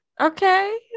Okay